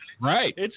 right